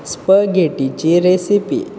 स्पगेटीची recipe